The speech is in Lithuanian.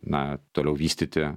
na toliau vystyti